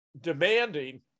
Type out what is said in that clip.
demanding